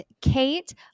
Kate